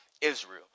Israel